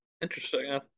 Interesting